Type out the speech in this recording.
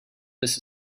this